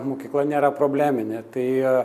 mokykla nėra probleminė tai